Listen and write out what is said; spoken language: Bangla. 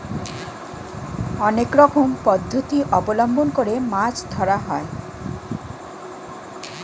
অনেক রকম পদ্ধতি অবলম্বন করে মাছ ধরা হয়